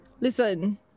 Listen